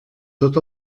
tot